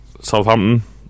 Southampton